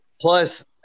plus